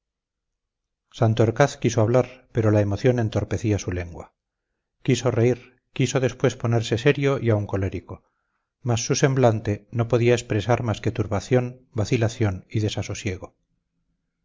despotismo santorcaz quiso hablar pero la emoción entorpecía su lengua quiso reír quiso después ponerse serio y aun colérico mas su semblante no podía expresar más que turbación vacilación y desasosiego